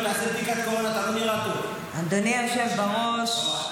אדוני היושב בראש,